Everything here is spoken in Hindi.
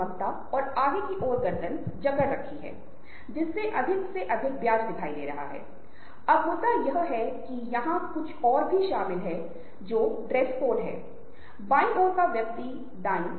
हमें बताएं कि यदि आप विज्ञापन के क्षेत्र में रुचि रखते हैं जाहिर है आप ऐसे लोगों की खोज करना शुरू कर देंगे जो उस खास लाइन में हैं जो बहुत करीबी दोस्त हैं ठीक है